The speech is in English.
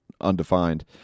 undefined